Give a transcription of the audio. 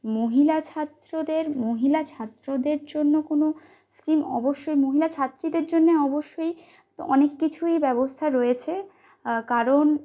মহিলা ছাত্রদের মহিলা ছাত্রদের জন্য কোনো স্কিম অবশ্যই মহিলা ছাত্রীদের জন্য অবশ্যই তো অনেক কিছুই ব্যবস্থা রয়েছে কারণ